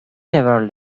never